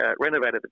renovated